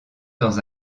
dans